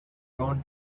own